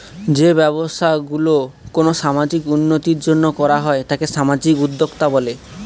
যে ব্যবসা গুলো কোনো সামাজিক উন্নতির জন্য করা হয় তাকে সামাজিক উদ্যক্তা বলে